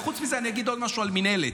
וחוץ מזה, אני אגיד עוד משהו על המינהלת,